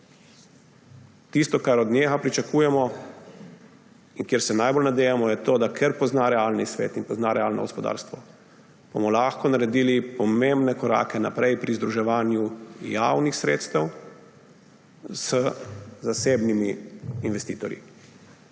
Tisto, kar od njega pričakujemo in česar se najbolj nadejamo, je to, da ker pozna realni svet in pozna realno gospodarstvo, bomo lahko naredili pomembne korake naprej pri združevanju javnih sredstev z zasebnimi investitorji.